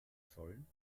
sollen